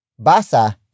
Basa